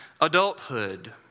adulthood